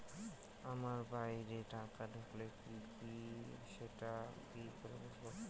আমার বইয়ে টাকা ঢুকলো কি না সেটা কি করে বুঝবো?